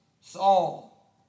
Saul